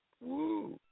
Woo